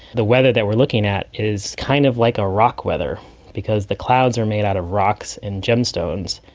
the weather that we are looking at is kind of like a rock weather because the clouds are made out of rocks and gemstones,